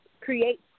create